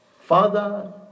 Father